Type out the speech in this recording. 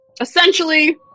Essentially